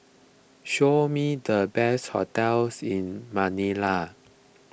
show me the best hotels in Manila